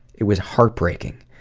it was heartbreaking.